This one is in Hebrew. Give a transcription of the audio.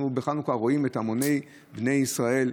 בחנוכה אנחנו רואים את המוני בני ישראל,